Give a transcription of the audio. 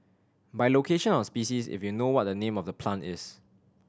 by location or species if you know what the name of the plant is